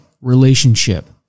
relationship